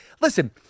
listen